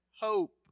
hope